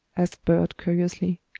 asked bert curiously.